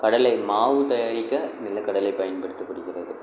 கடலை மாவு தயாரிக்க நிலக்கடலை பயன்படுத்தப்படுகிறது